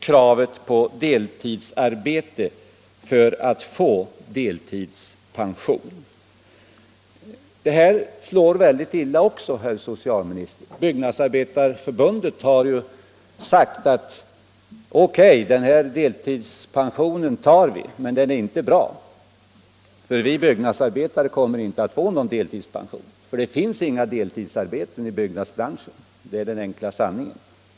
Kravet på deltidsarbete för att få delpension slår också väldigt illa, herr socialminister. Byggnadsarbetareförbundet har sagt: O.K. vi tar den här delpensionen, men den är inte bra, för vi byggnadsarbetare kommer inte att få någon delpension, eftersom det inte finns några deltidsarbeten i byggnadsbranschen. Det är den enkla sanningen.